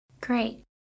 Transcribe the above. Great